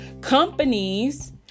companies